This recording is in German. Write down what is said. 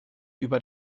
über